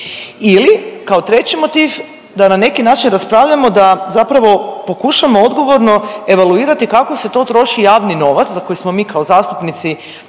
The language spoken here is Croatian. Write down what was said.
ili kao treći motiv da na neki način raspravljamo da zapravo pokušamo odgovorno evaluirati kako se to troši javni novac za koji smo mi kao zastupnici na neki